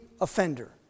offender